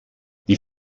die